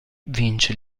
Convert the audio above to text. vince